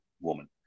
woman